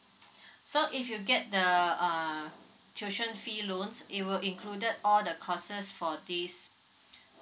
so if you get the err tuition fee loans it will included all the courses for this